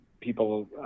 people